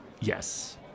yes